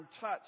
touch